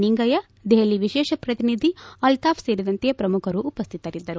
ನಿಂಗಯ್ಯ ದೆಹಲಿ ವಿಶೇಷ ಪ್ರತಿನಿಧಿ ಅಲ್ತಾಫ್ ಸೇರಿದಂತೆ ಪ್ರಮುಖರು ಉಪಸ್ಟಿತರಿದ್ದರು